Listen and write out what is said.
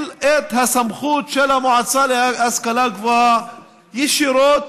את הסמכות של המועצה להשכלה גבוהה ישירות